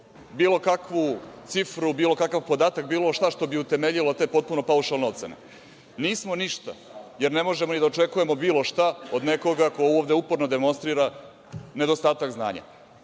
bilo kakvu cifru, bilo kakav podatak, bilo šta što bi utemeljilo te potpuno paušalne ocene? Nismo ništa, jer ne možemo ni da očekujemo bilo šta od nekoga ko ovde uporno demonstrira nedostatak znanja.